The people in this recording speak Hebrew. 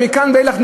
ומכאן ואילך,